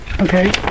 Okay